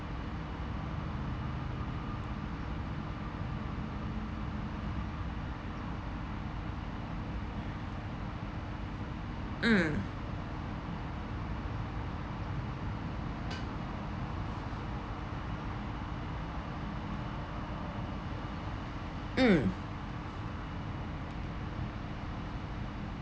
mm mm